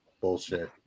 bullshit